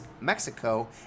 Mexico